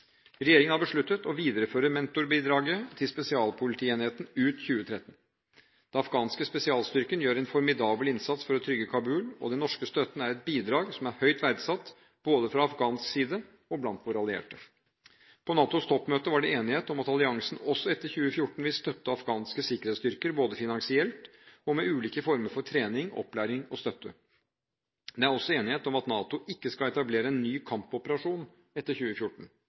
Regjeringen har besluttet å videreføre mentorbidraget til spesialpolitienheten ut 2013. Den afghanske spesialstyrken gjør en formidabel innsats for å trygge Kabul, og den norske støtten er et bidrag som er høyt verdsatt både fra afghansk side og blant våre allierte. På NATOs toppmøte var det enighet om at alliansen også etter 2014 vil støtte afghanske sikkerhetsstyrker både finansielt og med ulike former for trening, opplæring og støtte. Det er også enighet om at NATO ikke skal etablere en ny kampoperasjon etter 2014.